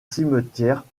cimetière